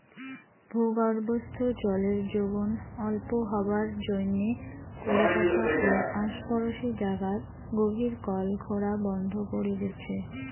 ভূগর্ভস্থ জলের যোগন অল্প হবার জইন্যে কলিকাতা ও আশপরশী জাগাত গভীর কল খোরা বন্ধ করি দিচে